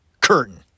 curtain